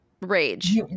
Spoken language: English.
Rage